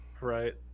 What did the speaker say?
right